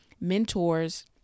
mentors